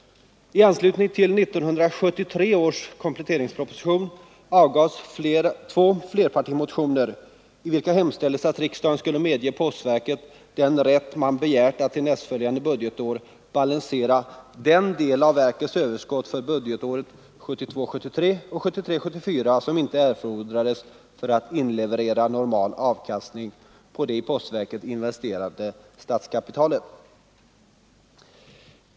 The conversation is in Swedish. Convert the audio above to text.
I anslutning till 1973 års kompletteringsproposition väcktes två flerpartimotioner i vilka hemställdes att riksdagen skulle medge postverket den rätt man begärt att till nästföljande budgetår balansera den del av verkets överskott för budgetåren 1972 74 som inte erfordrades för att inleverera normal avkastning på det i postverket investerade statskapitalet.